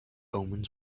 omens